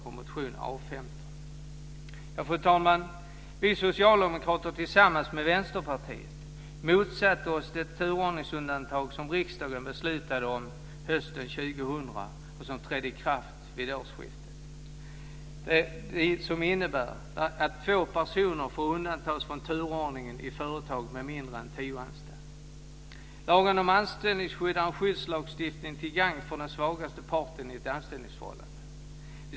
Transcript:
Vi socialdemokrater motsätter oss tillsammans med Vänsterpartiet det turordningsundantag som riksdagen beslutade om hösten 2000 och som trädde i kraft vid årsskiftet. Det innebär att två personer får undantas från turordningen i företag med mindre än tio anställda. Lagen om anställningsskydd är en skyddslagstiftning till gagn för den svagaste parten i ett anställningsförhållande.